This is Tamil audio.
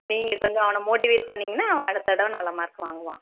நீங்கள் கொஞ்சம் அவனை மோட்டிவேட் பண்ணீங்கன்னால் அவன் அடுத்த தடவை நல்ல மார்க் வாங்குவான்